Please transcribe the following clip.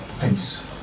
peace